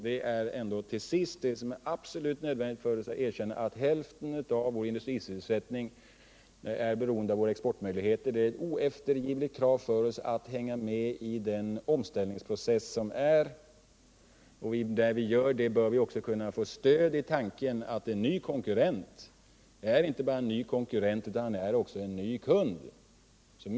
Därför måste vi till sist erkänna att hälften av vår industrisysselsättning är beroende av våra exportmöjligheter och att ett oeftergivligt krav på oss är att vi hänger med i den pågående omställningsprocessen. Och när vi gör det bör vi också kunna ha ett stöd i tanken på att en ny konkurrent inte bara är en ny konkurrent utan också en ny eventuell kund.